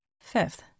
Fifth